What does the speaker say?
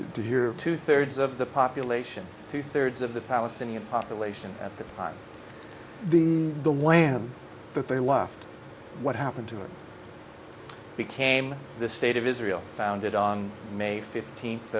here two thirds of the population two thirds of the palestinian population at the time the the land that they left what happened to it became the state of israel founded on may fifteenth